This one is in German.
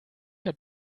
hat